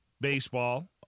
baseball